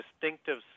distinctive